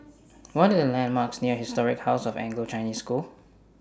What Are The landmarks near Historic House of Anglo Chinese School